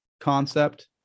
concept